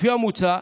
לפי המוצע,